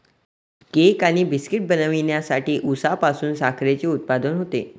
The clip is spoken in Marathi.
केक आणि बिस्किटे बनवण्यासाठी उसापासून साखरेचे उत्पादन होते